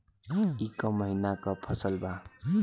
ई क महिना क फसल बा?